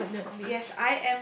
yes definitely